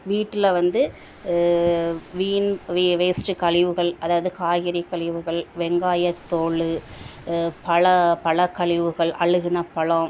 வீட்டில் வந்து வீண் வே வேஸ்ட்டு கழிவுகள் அதாவது காய்கறி கழிவுகள் வெங்காயத்தோல் பல பல கழிவுகள் அழுகின பழம்